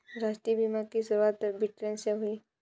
राष्ट्रीय बीमा की शुरुआत ब्रिटैन से हुई